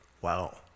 Wow